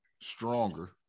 Stronger